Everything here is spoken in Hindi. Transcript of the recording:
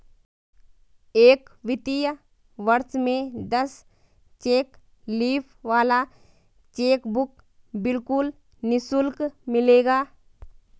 एक वित्तीय वर्ष में दस चेक लीफ वाला चेकबुक बिल्कुल निशुल्क मिलेगा